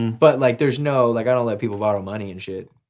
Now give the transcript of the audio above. and but like there's no, like i don't let people borrow money and shit.